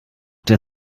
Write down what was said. der